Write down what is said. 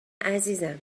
عزیزم